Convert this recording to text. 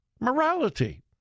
morality